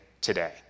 today